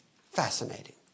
fascinating